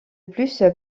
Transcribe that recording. plus